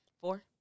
Four